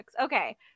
okay